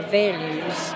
values